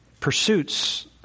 pursuits